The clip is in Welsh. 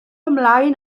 ymlaen